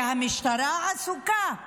והמשטרה עסוקה.